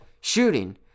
shooting